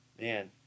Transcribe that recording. Man